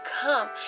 come